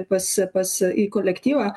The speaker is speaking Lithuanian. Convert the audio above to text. pas pas į kolektyvą